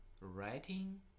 writing